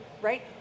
right